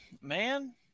Man